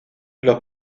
los